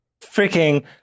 freaking